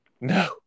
No